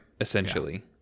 essentially